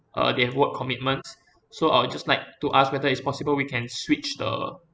uh they have work commitments so I'll just like to ask whether it's possible we can switch the